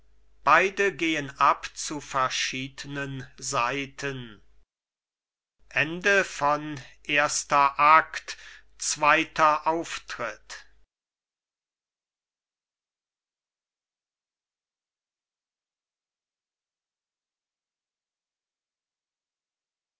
beide gehen ab zu verschiedenen seiten galerie dreizehnter auftritt